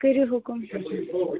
کٔریُو حُکُم